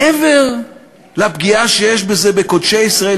מעבר לפגיעה שיש בזה בקודשי ישראל,